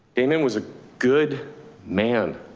damon was a good man